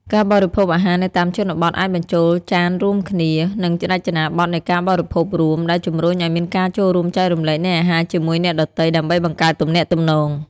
ការបរិភោគអាហារនៅតាមជនបទអាចបញ្ចូលចានរួមគ្នា និងរចនាប័ទ្មនៃការបរិភោគរួម ដែលជំរុញឲ្យមានការចូលរួមចែករំលែកនៃអាហារជាមួយអ្នកដទៃដើម្បីបង្កើតទំនាក់ទំនង់។